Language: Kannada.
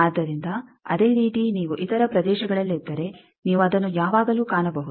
ಆದ್ದರಿಂದ ಅದೇ ರೀತಿ ನೀವು ಇತರ ಪ್ರದೇಶಗಳಲ್ಲಿದ್ದರೆ ನೀವು ಅದನ್ನು ಯಾವಾಗಲೂ ಕಾಣಬಹುದು